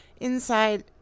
Inside